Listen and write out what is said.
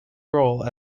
role